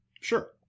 Sure